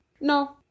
No